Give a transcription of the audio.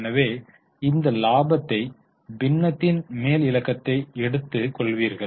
எனவே எந்த லாபத்தை பின்னத்தின் மேல் இலக்கத்தை எடுத்து கொள்வீர்கள்